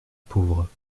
pauvre